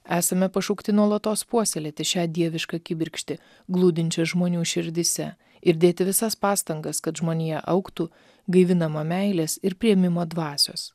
esame pašaukti nuolatos puoselėti šią dievišką kibirkštį glūdinčią žmonių širdyse ir dėti visas pastangas kad žmonija augtų gaivinama meilės ir priėmimo dvasios